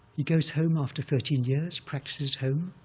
he goes home after thirteen years, practices at home,